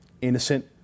innocent